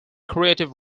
creative